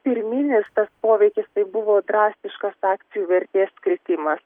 pirminis tas poveikis tai buvo drastiškas akcijų vertės kritimas